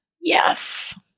Yes